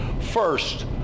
First